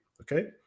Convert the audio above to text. okay